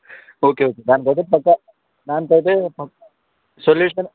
okay okay దానికైతే పక్కా దానికి అయితే కొంచెం సొల్యూషన్